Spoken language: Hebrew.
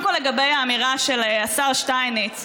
תודה רבה לשר יובל שטייניץ.